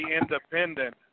independent